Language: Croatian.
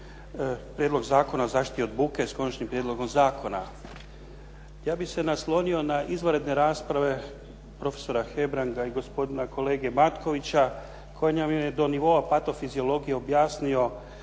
Prijedlog zakona o zaštiti od buke, s Konačnim prijedlogom zakona. Ja bih se naslonio na izvanredne rasprave profesora Hebranga i gospodina kolega Matkovića koji nam je do nivoa patofiziologije objasnio